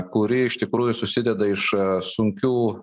kuri iš tikrųjų susideda iš sunkių